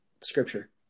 Scripture